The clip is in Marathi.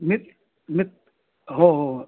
मी मी हो हो